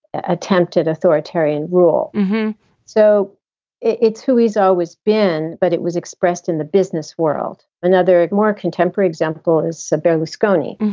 attempted authoritarian rule so it's who he's always been but it was expressed in the business world. another more contemporary example is berlusconi,